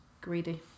greedy